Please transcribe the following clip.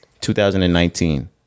2019